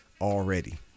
Already